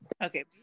Okay